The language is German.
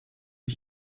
ich